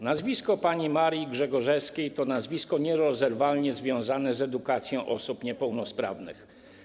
Nazwisko pani Marii Grzegorzewskiej to nazwisko nierozerwalnie związane z edukacją osób niepełnosprawnych.